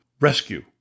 Rescue